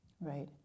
right